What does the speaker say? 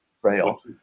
trail